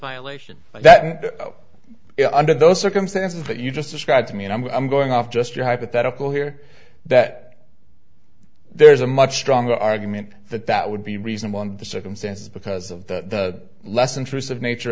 mile ation that under those circumstances that you just described to me and i'm going off just your hypothetical here that there's a much stronger argument that that would be reasonable under the circumstances because of the less intrusive nature